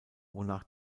wonach